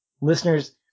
listeners